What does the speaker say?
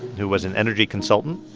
who was an energy consultant.